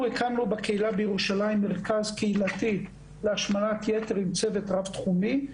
אנחנו הקמנו בקהילה בירושלים מרכז קהילתי להשמנת יתר עם צוות רב תחומי.